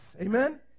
Amen